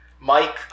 Mike